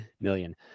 million